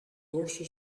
torso